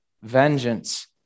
vengeance